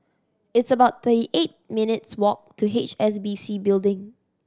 it's about thirty eight minutes' walk to H S B C Building